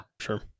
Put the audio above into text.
sure